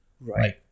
right